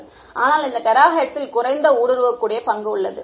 மாணவர் ஆனால் இந்த டெராஹெர்ட்ஸில் குறைந்த ஊடுருவக்கூடிய பங்கு உள்ளது